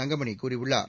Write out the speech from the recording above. தங்கமணி கூறியுள்ளார்